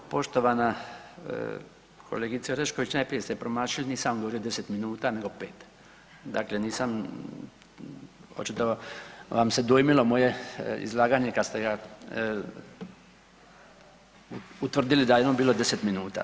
Poštovana kolegice Orešković, najprije ste promašili, nisam govorio 10 min, nego 5. Dakle, nisam, očito vas se dojmilo moje izlaganje kad ste ga utvrdili da je ono bilo 10 minuta.